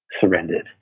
surrendered